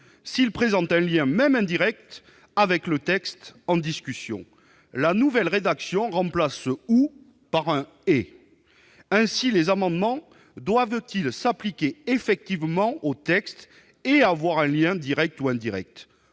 -s'ils présentent un lien, même indirect, avec le texte en discussion ». La nouvelle rédaction remplace ce « ou » par un « et ». Ainsi les amendements doivent-ils s'appliquer effectivement au texte et avoir un lien direct ou indirect